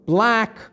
Black